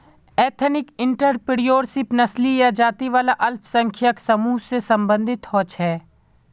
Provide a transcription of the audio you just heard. ethnic entrepreneurship नस्ली या जाती वाला अल्पसंख्यक समूह से सम्बंधित होछे